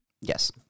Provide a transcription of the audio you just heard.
yes